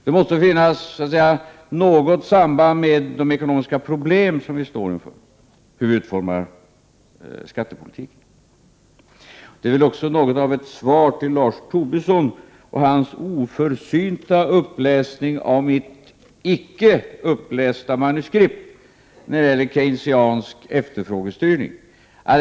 Det måste finnas något samband mellan de ekonomiska problem som vi står inför och hur vi utformar skattepolitiken. Detta är också något av ett svar till Lars Tobisson och på hans oförsynta uppläsning av mitt icke upplästa manuskript när det gäller Keynesiansk efterfrågestyrning.